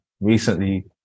recently